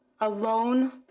Alone